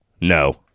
No